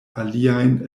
aliajn